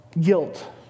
guilt